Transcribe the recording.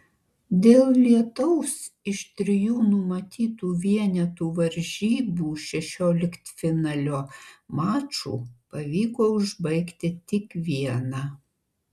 dėl lietaus iš trijų numatytų vienetų varžybų šešioliktfinalio mačų pavyko užbaigti tik vieną